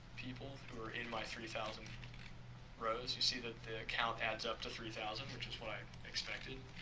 people who are in my three thousand rows, you see that the count adds up to three thousand which is what i expected